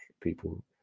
people